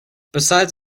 besides